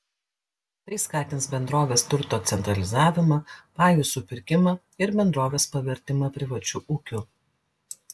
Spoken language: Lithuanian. tai skatins bendrovės turto centralizavimą pajų supirkimą ir bendrovės pavertimą privačiu ūkiu